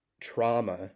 trauma